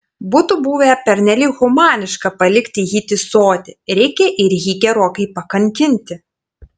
būtų buvę pernelyg humaniška palikti jį tįsoti reikia ir jį gerokai pakankinti